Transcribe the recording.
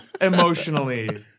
emotionally